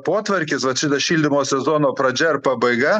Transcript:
potvarkis vat šitas šildymo sezono pradžia ar pabaiga